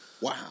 Wow